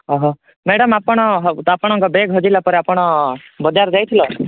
ଓହୋ ମ୍ୟାଡ଼ାମ୍ ଆପଣ ଆପଣଙ୍କ ବ୍ୟାଗ୍ ହଜିଲା ପରେ ଆପଣ ବଜାର ଯାଇଥିଲ